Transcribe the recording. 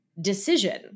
decision